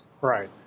Right